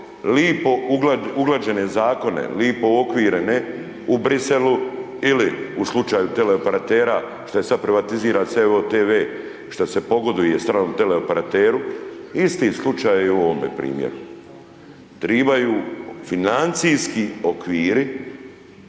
lipo uglađene zakone, lipo uokvirene u Briselu ili u slučaju teleoperatera što je sad privatiziran sad EVO TV, šta se pogoduje stranom teleoperateru. Isti slučaj je i u ovome primjeru. Trebaju financijski okviri